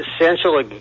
essential